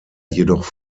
jedoch